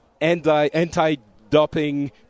anti-doping